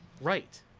Right